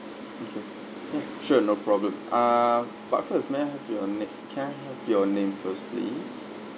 okay ya sure no problem ah but first may I have your na~ can I have your name first please